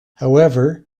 however